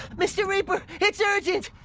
mr. reaper! it's urgent!